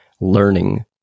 learning